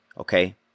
okay